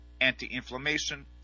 anti-inflammation